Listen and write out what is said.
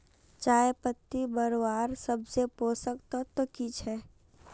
चयपत्ति बढ़वार सबसे पोषक तत्व की छे?